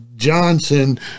johnson